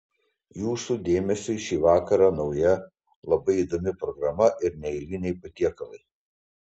jūsų dėmesiui šį vakarą nauja labai įdomi programa ir neeiliniai patiekalai